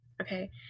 okay